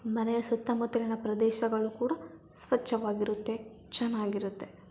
ಮನೆಯ ಸುತ್ತಮುತ್ತಲಿನ ಪ್ರದೇಶಗಳು ಕೂಡ ಸ್ವಚ್ಛವಾಗಿರುತ್ತೆ ಚೆನ್ನಾಗಿರುತ್ತೆ